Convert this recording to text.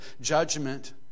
judgment